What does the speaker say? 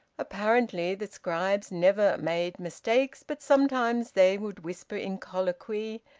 apparently the scribes never made mistakes, but sometimes they would whisper in colloquy,